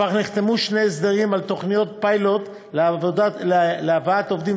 כבר נחתמו שני הסדרים על תוכניות פיילוט להבאת עובדים